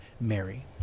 Mary